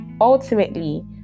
Ultimately